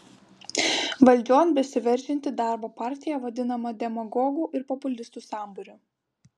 valdžion besiveržianti darbo partija vadinama demagogų ir populistų sambūriu